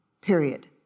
period